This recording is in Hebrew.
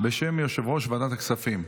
בשם יושב-ראש ועדת הכספים.